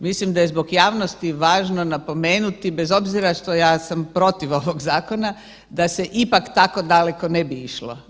Mislim da je zbog javnosti važno napomenuti bez obzira što ja sam protiv ovog zakona, da se ipak tako daleko ne bi išlo.